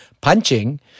Punching